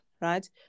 right